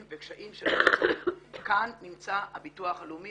וקשיים כשלא --- כאן נמצא הביטוח הלאומי,